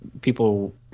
people